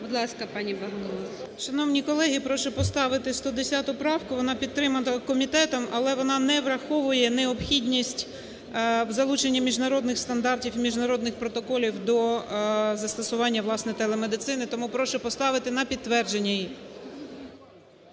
БОГОМОЛЕЦЬ О.В. Шановні колеги, прошу поставити 110 правку, вона підтримана комітетом, але вона не враховує необхідність у залученні міжнародних стандартів і міжнародних протоколів до застосування, власне, телемедицини. Тому прошу поставити на підтвердження її.